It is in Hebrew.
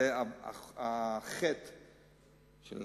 זה חטא של